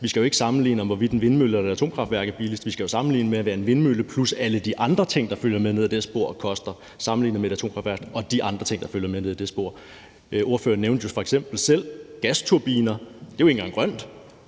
Vi skal jo ikke sammenligne, om en vindmølle eller et atomkraftværk er billigst. Vi skal jo sammenligne det med, hvad en vindmølle plus alle de andre ting, der følger med ned ad det her spor, koster, altså sammenlignet med et atomkraftværk og de andre ting, der følger med ned ad det spor. Ordføreren nævnte f.eks. selv gasturbiner. Det er jo ikke engang grønt.